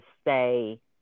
stay